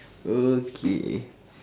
okay